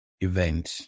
event